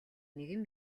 нэгэн